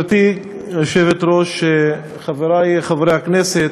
גברתי היושבת-ראש, חברי חברי הכנסת,